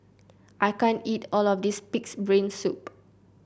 I can't eat all of this pig's brain soup